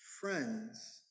friends